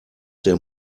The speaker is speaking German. der